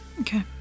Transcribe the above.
Okay